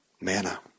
Manna